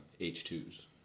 H2s